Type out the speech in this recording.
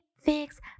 fix